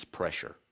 pressure